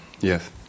Yes